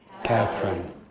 Catherine